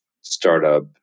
startup